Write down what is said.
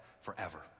forever